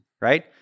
right